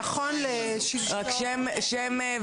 אני סגן מנהל האגף לחינוך ילדים